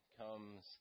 comes